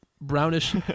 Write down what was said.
brownish